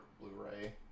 blu-ray